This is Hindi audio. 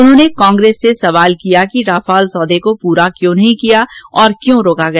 उन्होंने कांग्रेस से प्रश्न किया कि राफेल सौदा को पूरा क्यों नहीं किया और क्यों रोका गया